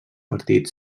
partit